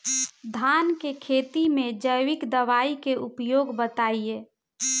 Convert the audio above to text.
धान के खेती में जैविक दवाई के उपयोग बताइए?